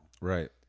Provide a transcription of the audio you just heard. Right